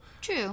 True